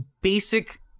basic